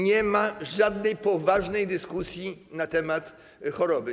Nie ma żadnej poważnej dyskusji na temat choroby.